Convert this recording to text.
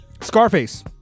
Scarface